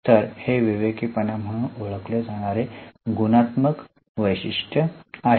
तर हे विवेकीपणा म्हणून ओळखले जाणारे पहिले गुणात्मक वैशिष्ट्य आहे